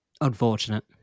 unfortunate